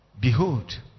Behold